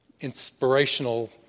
inspirational